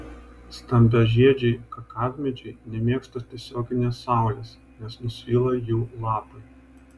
stambiažiedžiai kakavmedžiai nemėgsta tiesioginės saulės nes nusvyla jų lapai